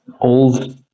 old